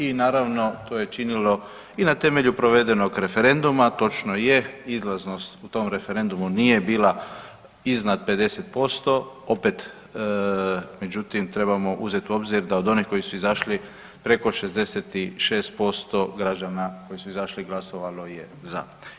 I naravno to je činilo i na temelju provedenog referenduma točno je izlaznost u tom referendum nije bila iznad 50% opet, međutim trebamo uzeti u obzir da od onih koji su izašli preko 66% građana koji su izašli glasovalo je za.